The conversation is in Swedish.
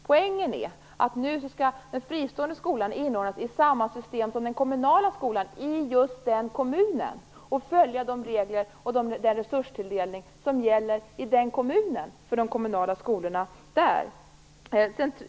Poängen är att nu skall den fristående skolan inordnas i samma system som den kommunala skolan i samma kommun och följa de regler och den resurstilldelning som gäller för de kommunala skolorna i kommunen.